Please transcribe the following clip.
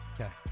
Okay